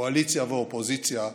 קואליציה ואופוזיציה,